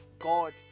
God